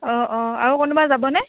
অঁ অঁ আৰু কোনোবা যাবনে